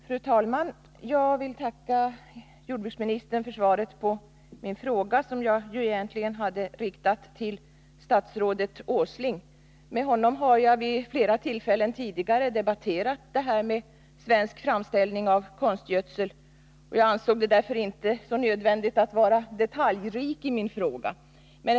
Fru talman! Jag vill tacka jordbruksministern för svaret på min fråga, som jag egentligen hade riktat till statsrådet Åsling. Med honom har jag tidigare vid flera tillfällen debatterat det här med svensk framställning av konstgödsel, och därför ansåg jag det inte nödvändigt att vara så detaljrik i frågan.